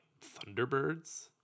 Thunderbirds